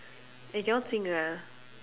I cannot sing lah